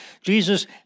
Jesus